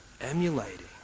emulating